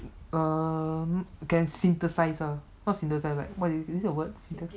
err can synthesise ah not synthesise like what is it is it a word